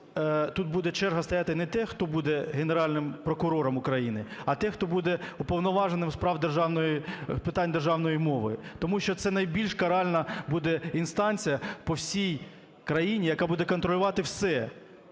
тут буде черга стояти не тих, хто буде Генеральним прокурором України, а тих, хто буде Уповноваженим з питань державної мови. Тому що це найбільш каральна буде інстанція по всій країні, яка буде контролювати все